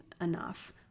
enough